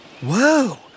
Whoa